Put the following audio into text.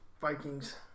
Vikings